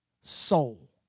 soul